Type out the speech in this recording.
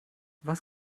was